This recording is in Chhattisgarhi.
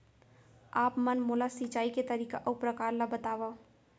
आप मन मोला सिंचाई के तरीका अऊ प्रकार ल बतावव?